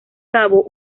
cabo